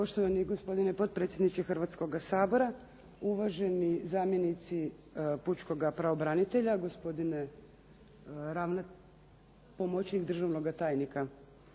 Poštovani gospodine potpredsjedniče Hrvatskoga sabora, uvaženi zamjenici pučkoga pravobranitelja, gospodine pomoćnik državnoga tajnika